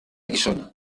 guissona